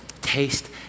taste